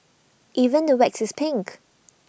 even the wax is pink